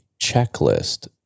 checklist